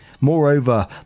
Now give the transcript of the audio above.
Moreover